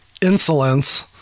Insolence